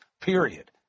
period